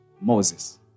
Moses